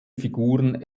figuren